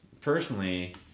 personally